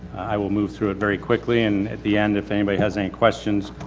i will move through it very quickly. and at the end, if anybody has any questions,